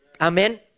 Amen